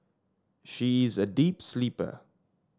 she is a deep sleeper